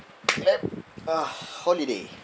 clap uh holiday